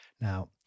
Now